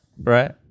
Right